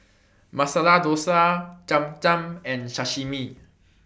Masala Dosa Cham Cham and Sashimi